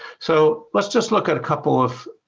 so let's just look at a couple of